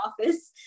office